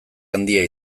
handia